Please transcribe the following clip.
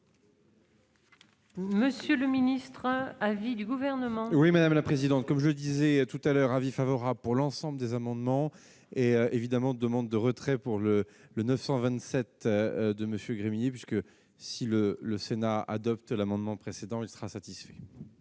Monsieur le ministre à vie du gouvernement. Oui, madame la présidente, comme je disais tout à l'heure : avis favorable pour l'ensemble des amendements et évidemment demande de retrait pour le le 927 de monsieur Grenier, puisque si le le Sénat adopte l'amendement précédent il sera satisfait.